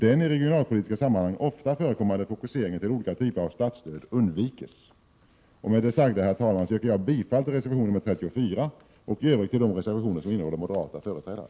Den i regionalpolitiska sammanhang ofta förekommande fokuseringen till olika typer av statsstöd undviks. Med det sagda, herr talman, yrkar jag bifall till reservation nr 34 och i Övrigt till de reservationer som undertecknats av moderata företrädare.